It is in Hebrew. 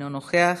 אינו נוכח,